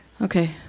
Okay